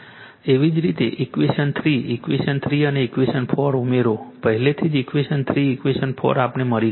એવી જ રીતે ઇક્વેશન 3 ઇક્વેશન 3 અને ઇક્વેશન 4 ઉમેરો પહેલાથી જ ઇક્વેશન 3 ઇક્વેશન 4 આપણને મળી ગયું છે